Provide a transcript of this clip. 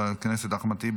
חבר הכנסת איימן עודה,